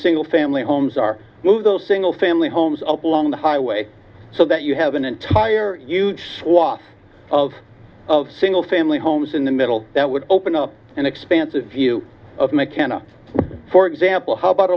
single family homes are move those single family homes up along the highway so that you have an entire huge swath of single family homes in the middle that would open up an expansive view of mckenna for example how about